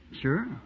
Sure